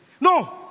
No